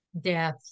death